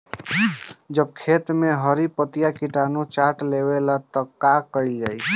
जब खेत मे हरी पतीया किटानु चाट लेवेला तऽ का कईल जाई?